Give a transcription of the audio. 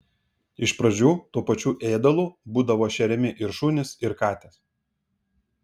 iš pradžių tuo pačiu ėdalu būdavo šeriami ir šunys ir katės